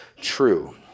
true